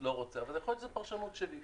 אבל יכול להיות שזו פרשנות שלי.